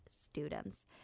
students